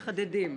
מחדדים.